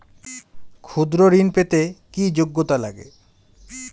ক্ষুদ্র ঋণ পেতে কি যোগ্যতা লাগে?